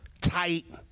tight